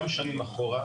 גם שנים אחורה,